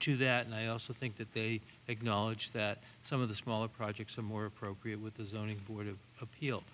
to that and i also think that they acknowledge that some of the smaller projects are more appropriate with the zoning board of appeal